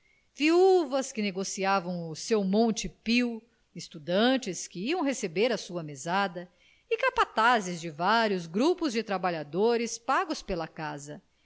viúvas que negociavam o seu montepio estudantes que iam receber a sua mesada e capatazes de vários grupos de trabalhadores pagos pela casa